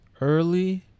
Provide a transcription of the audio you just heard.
early